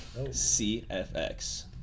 CFX